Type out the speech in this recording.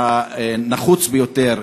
והנחוץ ביותר,